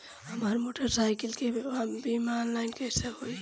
हमार मोटर साईकीलके बीमा ऑनलाइन कैसे होई?